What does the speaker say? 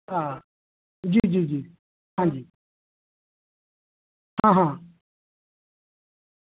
हां जी जी जी हां जी हां हां